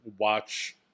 watch